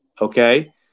Okay